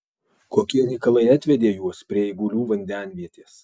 kokie reikalai atvedė juos prie eigulių vandenvietės